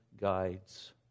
guides